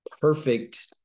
perfect